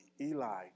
Eli